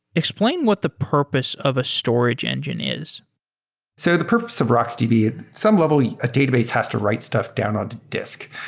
explain what the purpose of a storage engine is so the purpose of rocksdb. at some level, a database has to write stuff down on to disk,